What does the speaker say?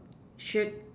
shirt